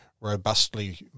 robustly